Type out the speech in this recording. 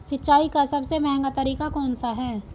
सिंचाई का सबसे महंगा तरीका कौन सा है?